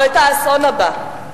או את האסון הבא.